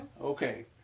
Okay